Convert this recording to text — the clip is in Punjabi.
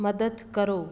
ਮਦਦ ਕਰੋ